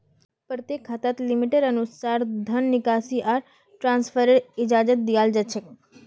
प्रत्येक खाताक लिमिटेर अनुसा र धन निकासी या ट्रान्स्फरेर इजाजत दीयाल जा छेक